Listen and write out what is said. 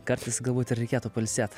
kartais galbūt ir reikėtų pailsėt